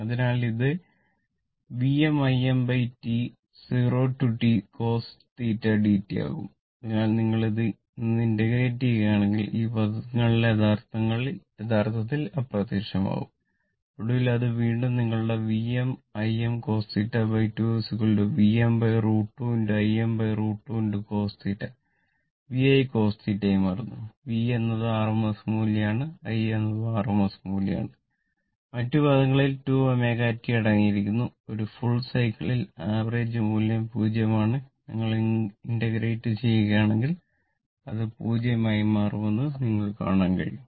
അതിനാൽ ഇത് ചെയ്യുകയാണെങ്കിൽ ഇത് 0 ആയി മാറുമെന്ന് നിങ്ങൾ കാണും